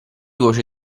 voce